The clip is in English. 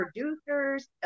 producers